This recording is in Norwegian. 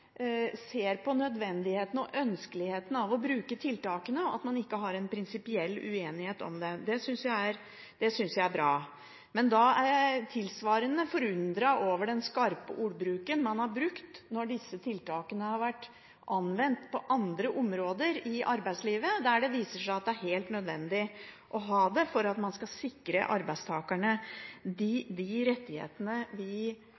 ikke har en prinsipiell uenighet om det. Det synes jeg er bra. Men jeg er tilsvarende forundret over den skarpe ordbruken når disse tiltakene har vært anvendt på andre områder i arbeidslivet, der det viser seg å være helt nødvendig å ha det for å sikre arbeidstakerne de rettighetene vi mener at de skal